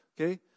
okay